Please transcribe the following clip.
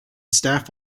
staff